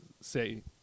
say